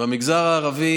במגזר הערבי